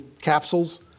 capsules